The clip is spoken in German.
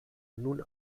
nun